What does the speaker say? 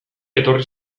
etorri